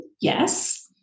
Yes